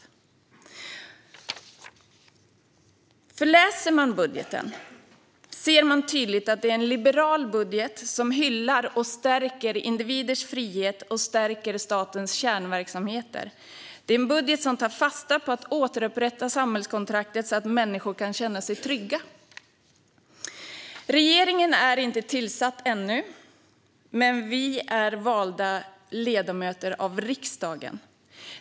Om man läser budgeten ser man tydligt att det är en liberal budget som hyllar och stärker individers frihet och stärker statens kärnverksamheter. Det är en budget som tar fasta på att återupprätta samhällskontraktet så att människor kan känna sig trygga. Regeringen är inte tillsatt ännu. Men vi är valda ledamöter av riksdagen.